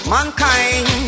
Mankind